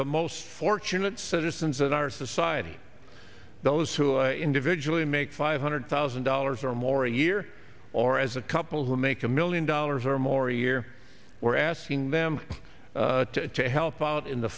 the most fortunate citizens in our society those who are individually make five hundred thousand dollars or more a year or as a couple who make a million dollars or more a year we're asking them to help out in the